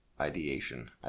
ideation